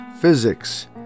physics